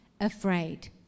afraid